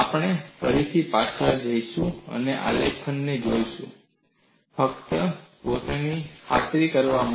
આપણે ફરી પાછા જઈશું અને આલેખને જોઈશું ફક્ત પોતાને ખાતરી કરવા માટે